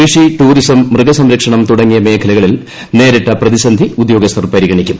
കൃഷിടൂറിസം മൃഗസംരക്ഷണം തുടങ്ങിയ മേഖലകളിൽ നേരിട്ട പ്രതിസന്ധി ഉദ്യോഗസ്ഥർ പരിഗണിക്കും